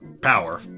power